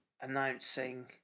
announcing